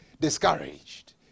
discouraged